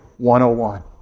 101